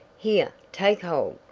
here, take hold,